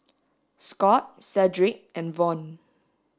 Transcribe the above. Scott Cedric and Von